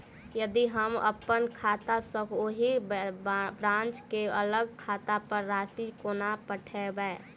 यदि हम अप्पन खाता सँ ओही ब्रांच केँ अलग खाता पर राशि कोना पठेबै?